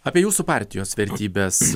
apie jūsų partijos vertybes